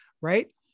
right